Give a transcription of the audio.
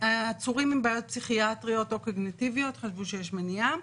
לגבי עצורים עם בעיות פסיכיאטריות או קוגניטיביות חשבו שיש מניעה,